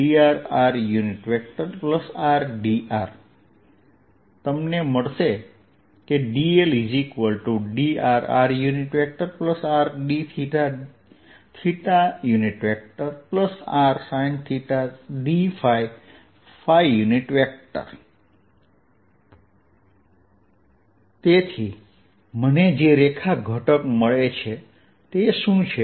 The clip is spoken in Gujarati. drdrrdrrr તમને મળશે કે dldrrrdθrsinθdϕ તેથી મને જે રેખા ઘટક મળે છે તે શું છે